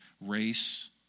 race